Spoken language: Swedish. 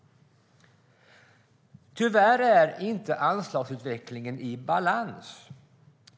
Tyvärr är inte anslagsutvecklingen i balans.